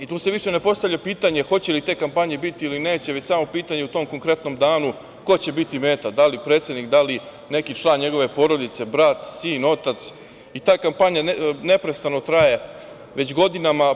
I tu se više ne postavlja pitanje hoće li te kampanje biti ili neće, već samo pitanje u tom konkretnom danu ko će biti meta, da li predsednik, neki član njegove porodice, brat, sin, otac i ta kampanja neprestano traje već godina.